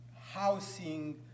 housing